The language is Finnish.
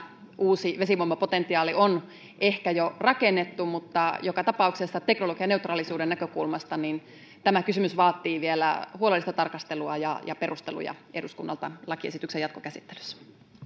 uusi vesivoimapotentiaali on ehkä jo rakennettu mutta joka tapauksessa teknologianeutraalisuuden näkökulmasta tämä kysymys vaatii vielä huolellista tarkastelua ja ja perusteluja eduskunnalta lakiesityksen jatkokäsittelyssä